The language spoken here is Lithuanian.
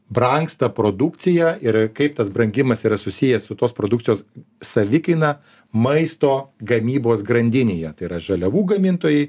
brangsta produkcija ir kaip tas brangimas yra susijęs su tos produkcijos savikaina maisto gamybos grandinėje tai yra žaliavų gamintojai